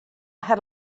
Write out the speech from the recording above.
had